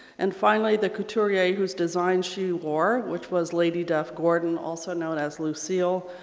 and finally the couturier whose designs she wore which was lady duff-gordon, also known as lucile,